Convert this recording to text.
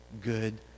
good